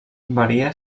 varia